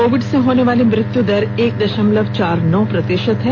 Covid से होने वाली मृत्यु दर एक दशमलव चार नौ प्रतिशत है